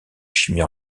chimie